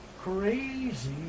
crazy